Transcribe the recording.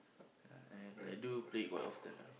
ah and I do play it quite often ah